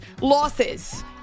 losses